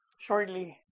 shortly